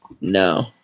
No